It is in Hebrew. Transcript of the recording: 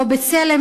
או "בצלם",